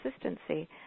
consistency